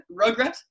Rugrats